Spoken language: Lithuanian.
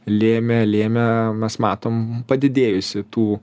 lėmė lėmė mes matom padidėjusį tų